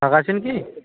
ফাঁকা আছেন কি